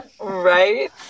right